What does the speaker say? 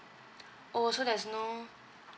oh so there's no